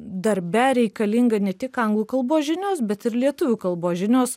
darbe reikalinga ne tik anglų kalbos žinios bet ir lietuvių kalbos žinios